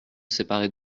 séparer